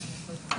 רוצה,